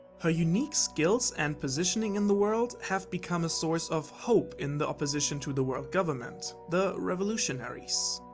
her unique skills and positioning in the world have become a source of hope in the opposition to the world government, the revolutionaries.